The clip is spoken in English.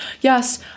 yes